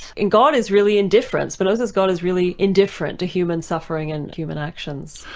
and god is really indifferent, spinoza's god is really indifferent to human suffering and human actions.